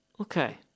Okay